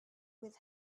with